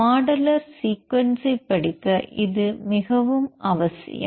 modeller சீக்வென்சை படிக்க இது மிகவும் அவசியம்